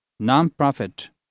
non-profit